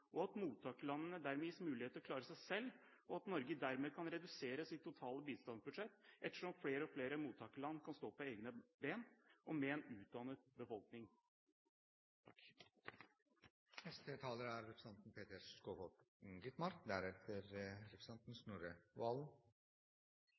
og at mottakerlandene dermed gis mulighet til å klare seg selv, og at Norge dermed kan redusere sitt totale bistandsbudsjett, ettersom flere og flere mottakerland kan stå på egne ben og med en utdannet befolkning.